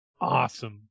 Awesome